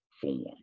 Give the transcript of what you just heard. form